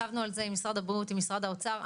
ישבנו על זה עם משרד הבריאות, עם משרד האוצר.